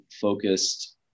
focused